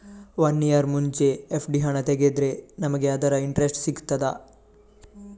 One year ಮುಂಚೆ FD ಹಣ ತೆಗೆದ್ರೆ ನಮಗೆ ಅದರ ಇಂಟ್ರೆಸ್ಟ್ ಸಿಗ್ತದ?